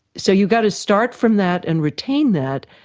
so you've got to start from that and retain that.